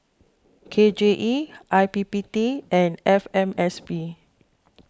K J E I P P T and F M S P